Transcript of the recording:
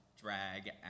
drag